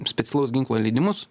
specialaus ginklo leidimus